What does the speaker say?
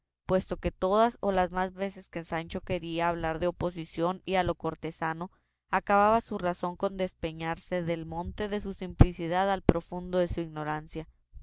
puesto que todas o las más veces que sancho quería hablar de oposición y a lo cortesano acababa su razón con despeñarse del monte de su simplicidad al profundo de su ignorancia